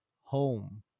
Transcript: home